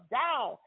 down